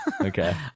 Okay